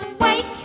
Wake